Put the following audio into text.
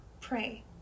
pray